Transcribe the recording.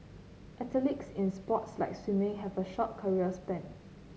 athletes in sports like swimming have a short career span